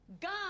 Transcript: God